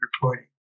reporting